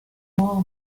maa